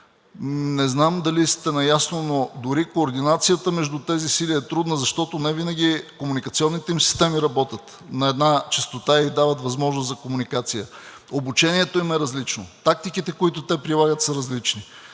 Не знам дали сте наясно, но дори координацията между тези сили е трудна, защото невинаги комуникационните им системи работят на една честота и дават възможност за комуникация, обучението им е различно, тактиките, които те прилагат, са различни.